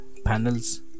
Panels